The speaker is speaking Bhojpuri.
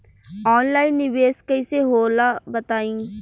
ऑनलाइन निवेस कइसे होला बताईं?